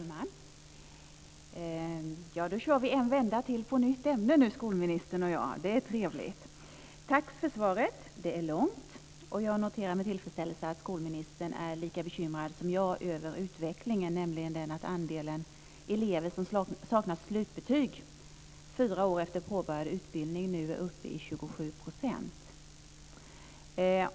Fru talman! Då kör vi en vända till i ett nytt ämne, skolministern och jag. Det är trevligt. Tack för svaret! Det är långt. Jag noterar med tillfredsställelse att skolministern är lika bekymrad som jag över utvecklingen, nämligen att andelen elever som saknar slutbetyg fyra år efter påbörjad utbildning nu är uppe i 27 %.